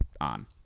on